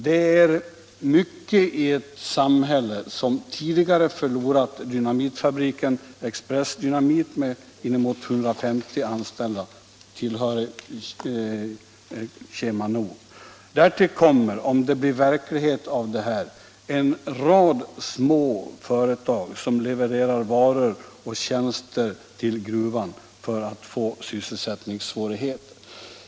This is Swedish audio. Det är mycket i ett samhälle som tidigare har förlorat dynamitfabriken Express-Dynamit med inemot 150 anställda och tillhörig Kema Nord. Därtill kommer, om förslaget till minskning blir verklighet, en rad små företag som levererar varor och tjänster till gruvan att få sysselsättningssvårigheter.